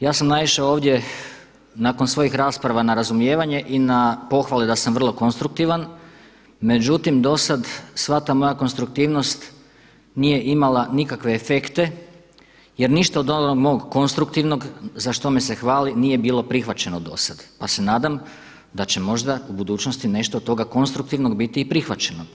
Ja sam naišao ovdje nakon svojih rasprava na razumijevanje i na pohvale da sam vrlo konstruktivan, međutim do sada sva ta moja konstruktivnost nije imala nikakve efekte jer ništa od onog mog konstruktivnog za što me se hvali nije bilo prihvaćeno do sada, pa se nadam da će možda u budućnosti nešto od toga konstruktivnog biti i prihvaćeno.